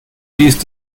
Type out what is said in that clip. ist